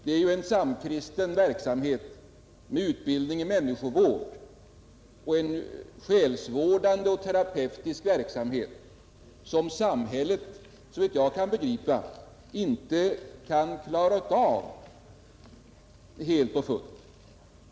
Det är ju frågan om en samkristen verksamhet med utbildning i människovård och en själsvårdande, terapeutisk verksamhet som samhället, såvitt jag kan begripa, inte kan klara av helt och hållet.